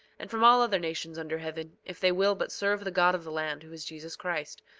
and from all other nations under heaven, if they will but serve the god of the land, who is jesus christ,